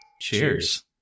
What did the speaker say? Cheers